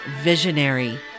visionary